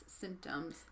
symptoms